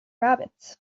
rabbits